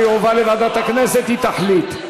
זה יועבר לוועדת הכנסת, והיא תחליט.